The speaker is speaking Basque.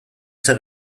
zer